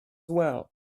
well